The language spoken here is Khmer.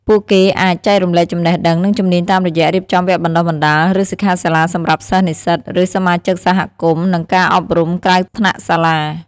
ពួកគេអាច ចែករំលែកចំណេះដឹង និងជំនាញតាមរយៈរៀបចំវគ្គបណ្ដុះបណ្ដាល ឬសិក្ខាសាលាសម្រាប់សិស្ស និស្សិត ឬសមាជិកសហគមន៍ និងការអប់រំក្រៅថ្នាក់សាលា។។